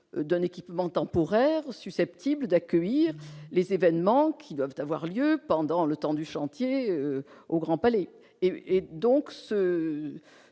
d'un équipement temporaires, susceptibles d'accueillir les événements qui doivent avoir lieu pendant le temps du chantier au Grand Palais et et donc ce